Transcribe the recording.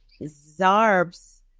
Zarb's